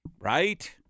Right